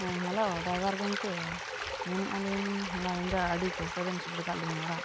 ᱦᱮᱸ hello driver ᱜᱚᱢᱠᱮ ᱢᱮᱱᱮᱫ ᱟᱞᱤᱧ ᱦᱚᱞᱟ ᱧᱤᱫᱟᱹ ᱟᱹᱰᱤ ᱠᱚᱥᱴᱚᱵᱮᱱ ᱥᱮᱴᱮᱨ ᱟᱠᱟᱫᱞᱤᱧᱟᱹ ᱚᱲᱟᱜ